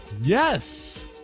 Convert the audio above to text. Yes